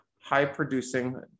high-producing